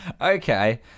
Okay